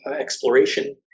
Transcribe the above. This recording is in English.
exploration